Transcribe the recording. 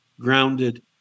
grounded